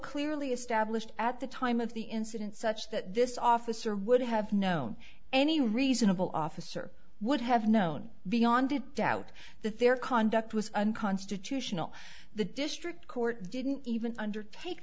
clearly established at the time of the incident such that this officer would have known any reasonable officer would have known beyond to doubt that their conduct was unconstitutional the district court didn't even undertake